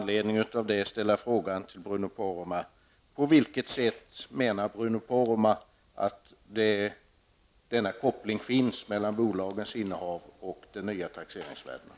Poromaa: På vilket sätt menar Bruno Poromaa att denna koppling finns mellan bolagens innehav och de nya taxeringsvärdena?